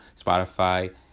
Spotify